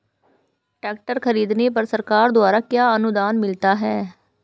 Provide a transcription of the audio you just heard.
Tractor खरीदने पर सरकार द्वारा क्या अनुदान मिलता है?